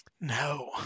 No